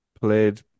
played